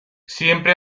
siempre